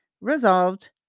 resolved